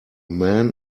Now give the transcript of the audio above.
man